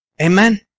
Amen